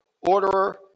orderer